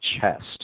chest